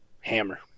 Hammer